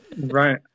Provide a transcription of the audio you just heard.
Right